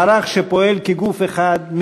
מערך שפועל כגוף אחד,